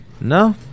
No